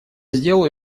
сделаю